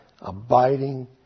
abiding